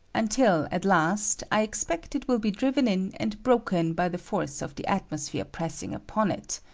until, at last, i expect it will be driven in and broken by the force of the at mosphere pressing upon it.